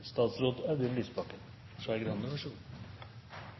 statsråd Audun Lysbakken